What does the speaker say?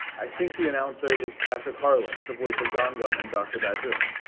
i think the announcer is patrick harlan, the voice of gongon and dr. bad-boon.